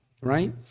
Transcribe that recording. right